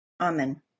Amen